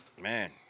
man